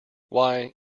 why